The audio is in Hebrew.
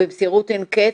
במסירת אין קץ,